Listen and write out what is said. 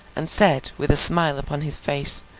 and said, with a smile upon his face,